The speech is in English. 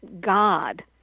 God